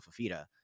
Fafita